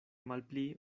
malpli